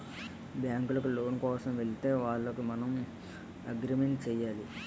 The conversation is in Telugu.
బ్యాంకులకు లోను కోసం వెళితే వాళ్లకు మనం అగ్రిమెంట్ చేయాలి